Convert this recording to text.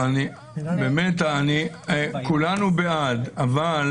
באמת כולנו בעד, אבל